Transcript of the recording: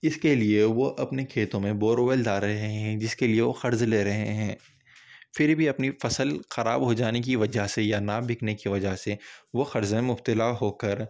اس کے لیے وہ اپنے کھیتوں میں بورول ڈال رہے ہیں جس کے لیے وہ قرض لے رہے ہیں پھر بھی اپنی فصل خراب ہو جانے کی وجہ سے یا نا بکنے کی وجہ سے وہ قرض میں مبتلا ہو کر